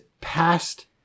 past